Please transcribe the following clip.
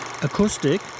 acoustic